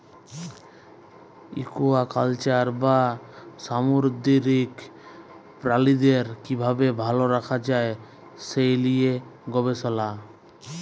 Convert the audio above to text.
aquaculture বা সামুদ্দিরিক পিরালিদের কিভাবে ভাল রাখা যায় সে লিয়ে গবেসলা